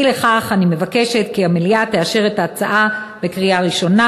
אי לכך אני מבקשת כי המליאה תאשר את ההצעה בקריאה ראשונה